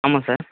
ஆமாம் சார்